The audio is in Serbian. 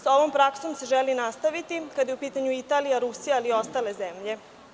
Sa ovom praksom se želi nastaviti kada su u pitanju Italija i Rusija, ali i ostale zemlje.